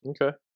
Okay